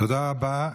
תודה רבה.